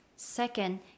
Second